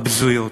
הבזויות.